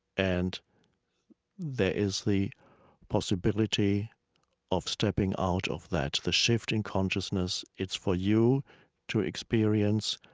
and there is the possibility of stepping out of that. the shifting consciousness, it's for you to experience.